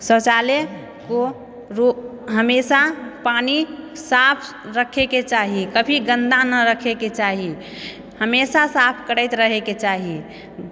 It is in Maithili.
शौचालय को हमेशा पानी साफ रखैके चाही कभी गन्दा नहि रखैके चाही हमेशा साफ करैत रहैके चाही